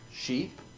sheep